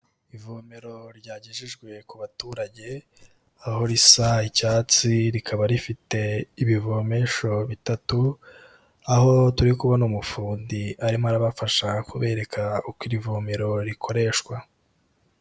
Ivomero ryagejejwe ku baturage aho risa icyatsi rikaba rifite ibivomesho bitatu, aho turi kubona umufundi arimo arabafasha kubereka uko iri vomero rikoreshwa.